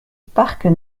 parc